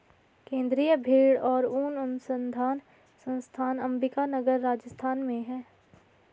केन्द्रीय भेंड़ और ऊन अनुसंधान संस्थान अम्बिका नगर, राजस्थान में है